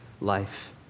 life